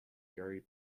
gary